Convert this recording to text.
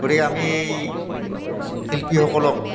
গতিকে আমি এই শিল্পীসকলক